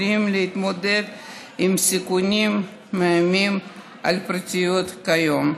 התמודדות עם הסיכונים המאיימים על הפרטיות כיום,